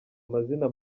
amazina